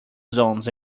zones